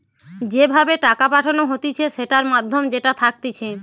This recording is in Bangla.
যে ভাবে টাকা পাঠানো হতিছে সেটার মাধ্যম যেটা থাকতিছে